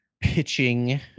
pitching